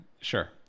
sure